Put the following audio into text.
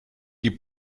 die